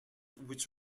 which